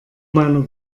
meiner